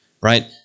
right